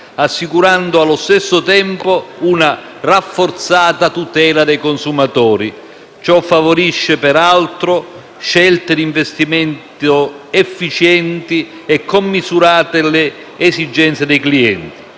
assicurando allo stesso tempo una rafforzata tutela dei consumatori. Ciò favorisce, peraltro, scelte di investimento efficienti e commisurate alle esigenze dei clienti.